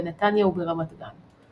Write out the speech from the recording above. בנתניה וברמת גן.